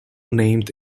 named